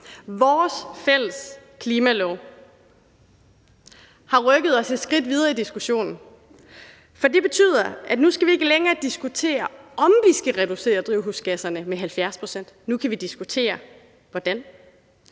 Vores fælles klimalov har rykket os et skridt videre i diskussionen, for det betyder, at nu skal vi ikke længere diskutere, om vi skal reducere drivhusgasserne med 70 pct. Nu kan vi diskutere hvordan.